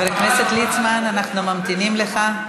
חבר הכנסת ליצמן, אנחנו ממתינים לך.